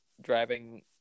driving